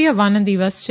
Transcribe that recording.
ય વન દિવસ છે